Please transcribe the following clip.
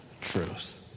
truth